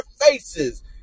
faces